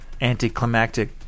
anticlimactic